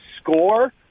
score